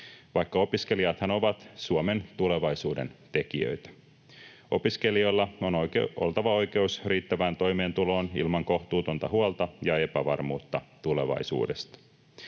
vaikka opiskelijathan ovat Suomen tulevaisuuden tekijöitä. Opiskelijoilla on oltava oikeus riittävään toimeentuloon ilman kohtuutonta huolta ja epävarmuutta tulevaisuudesta.